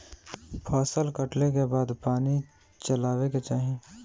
फसल कटले के बाद पानी चलावे के चाही